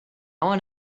want